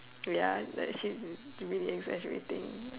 ya it's like she's really exaggerating